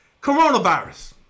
Coronavirus